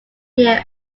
year